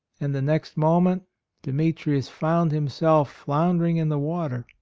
and the next moment demetrius found himself floundering in the water.